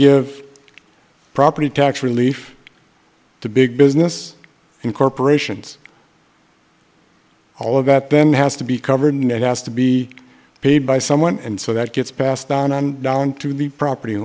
give property tax relief to big business and corporations all of that then has to be covered and has to be paid by someone and so that gets passed down and down to the property